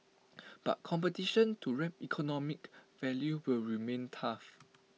but competition to reap economic value will remain tough